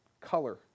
color